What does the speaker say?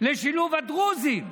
לשילוב הדרוזים,